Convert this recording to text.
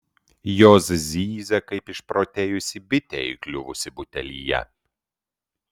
jos zyzia kaip išprotėjusi bitė įkliuvusi butelyje